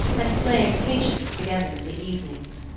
and playing patience together in the evenings.